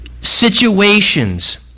situations